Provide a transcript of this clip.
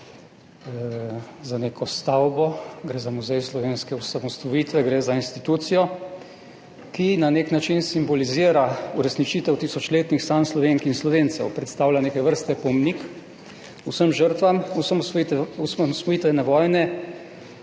za neko stavbo. Gre za Muzej slovenske osamosvojitve. Gre za institucijo, ki na nek način simbolizira uresničitev tisočletnih sanj Slovenk in Slovencev, predstavlja neke vrste opomnik vsem žrtvam osamosvojitvene vojne